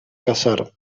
casar